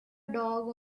dog